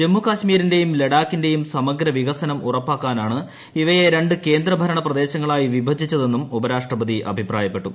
ജമ്മുകശ്മീരിന്റെയും ലഡാക്കിന്റെയും സമഗ്ര വികസനം ഉറപ്പാക്കാനാണ് ഇവയെ രണ്ട് കേന്ദ്രഭരണപ്രദേശങ്ങളായി വിഭജിച്ചതെന്നും ഉപരാഷ്ട്രപതി അഭിപ്രായപ്പെട്ടു